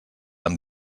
amb